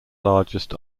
largest